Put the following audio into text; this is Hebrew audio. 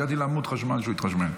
הגעתי לעמוד חשמל כשהוא התחשמל.